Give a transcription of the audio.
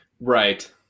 Right